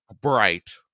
bright